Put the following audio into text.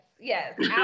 Yes